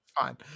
Fine